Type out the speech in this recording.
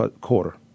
quarter